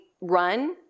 run